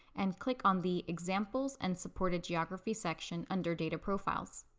and click on the examples and supported geography section under data profiles.